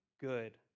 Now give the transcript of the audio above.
good